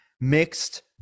mixed